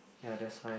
ya that's why